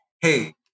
hey